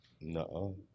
No